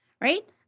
Right